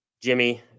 Jimmy